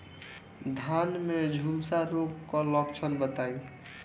धान में झुलसा रोग क लक्षण बताई?